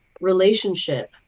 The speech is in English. relationship